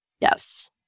Yes